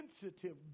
sensitive